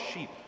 sheep